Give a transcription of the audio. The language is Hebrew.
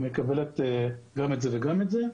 היא מקבלת גם את זה וגם את זה.